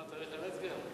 4)